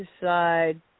decide